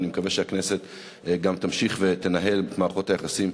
ואני מקווה שהכנסת גם תמשיך ותנהל את מערכות היחסים